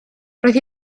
roedd